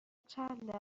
چند